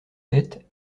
têtes